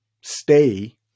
stay